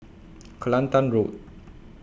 Kelantan Road